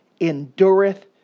endureth